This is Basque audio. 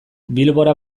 bilbora